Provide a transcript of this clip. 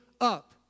up